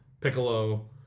Piccolo